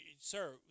sir